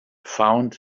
found